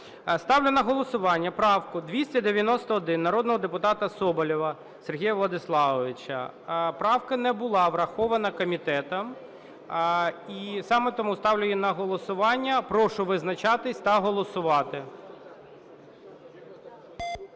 Ставлю на голосування правку 291 народного депутата Соболєва Сергія Владиславовича. Правка не була врахована комітетом, і саме тому ставлю її на голосування. Прошу визначатися та голосувати.